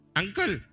uncle